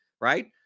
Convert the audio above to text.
right